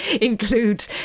include